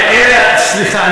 סליחה,